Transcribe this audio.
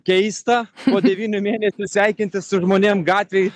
keista po devynių mėnesių sveikintis su žmonėm gatvėj